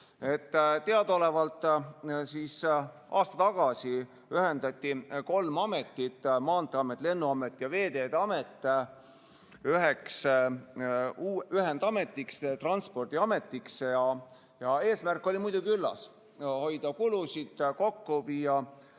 Teadaolevalt aasta tagasi ühendati kolm ametit: Maanteeamet, Lennuamet ja Veeteede Amet üheks ühendametiks, Transpordiametiks. Eesmärk oli muidugi üllas: hoida kulusid kokku, viia